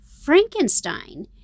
Frankenstein